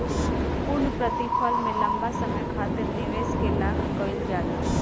पूर्णप्रतिफल में लंबा समय खातिर निवेश के लाक कईल जाला